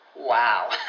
Wow